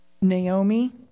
Naomi